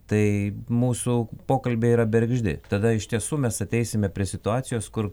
tai mūsų pokalbiai yra bergždi tada iš tiesų mes ateisime prie situacijos kur